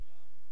ואולם,